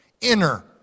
inner